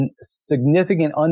significant